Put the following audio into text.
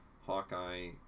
Hawkeye